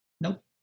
nope